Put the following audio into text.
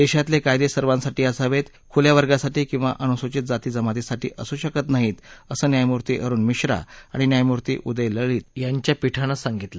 देशातले कायदे सर्वासाठी असावेत खुल्या वर्गासाठी किंवा अनुसूचित जाती जमातीसाठी असू शकत नाहीत असं न्यायमूर्ती अरुण मिश्रा आणि न्यायमूर्ती उदय लळीत यांच्या पीठानं सांगितलं